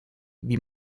wie